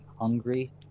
hungry